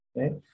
okay